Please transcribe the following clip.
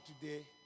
today